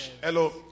Hello